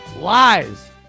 Lies